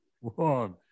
one